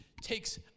takes